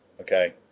Okay